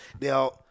Now